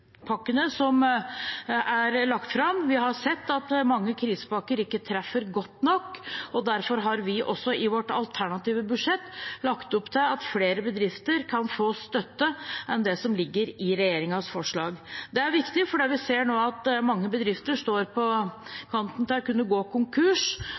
som er lagt fram. Vi har sett at mange krisepakker ikke treffer godt nok, og derfor har vi også i vårt alternative budsjett lagt opp til at flere bedrifter kan få støtte enn det som ligger i regjeringens forslag. Det er viktig, for vi ser nå at mange bedrifter står